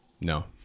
No